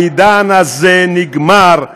העידן הזה נגמר,